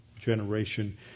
generation